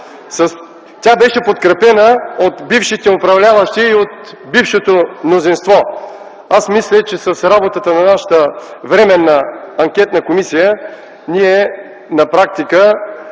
тя беше подкрепена от бившите управляващи и от бившето мнозинство. Аз мисля, че ние с работата си в нашата Временна анкетна комисия на практика